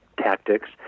Tactics